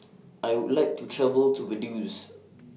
I Would like to travel to Vaduz